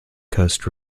coast